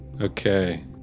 Okay